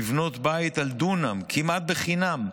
לבנות בית על דונם כמעט חינם,